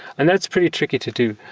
and that's pretty tricky to do.